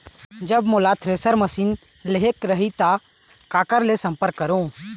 जब मोला thresher machine लेहेक रही ता काकर ले संपर्क करों?